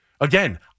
Again